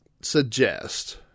suggest